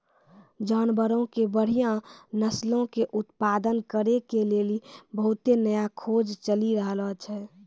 जानवरो के बढ़िया नस्लो के उत्पादन करै के लेली बहुते नया खोज चलि रहलो छै